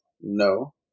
No